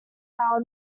hour